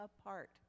apart